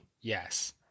Yes